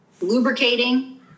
lubricating